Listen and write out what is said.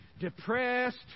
depressed